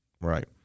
Right